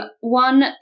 One